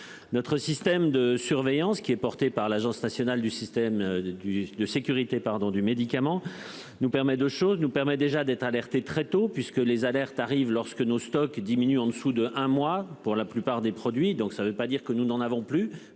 Notre système de surveillance qui est porté par l'Agence nationale du système du de sécurité pardon du médicament nous permet de choses nous permet déjà d'être alerté très tôt puisque les alertes arrivent lorsque nos stocks diminuent en dessous de un mois pour la plupart des produits donc ça veut pas dire que nous n'en avons plus